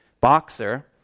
boxer